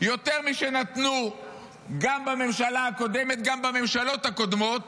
יותר משנתנו גם בממשלה הקודמת וגם בממשלות הקודמות